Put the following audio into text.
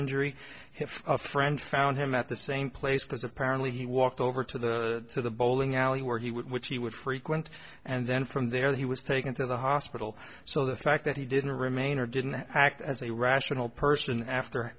injury if a friend found him at the same place because apparently he walked over to the to the bowling alley where he would which he would frequent and then from there he was taken to the hospital so the fact that he didn't remain or didn't act as a rational person after